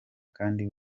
kandi